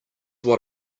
what